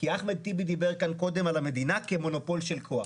כי אחמד טיבי דיבר קודם על המדינה כמונופול של כוח.